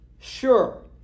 sure